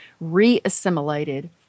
re-assimilated